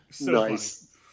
Nice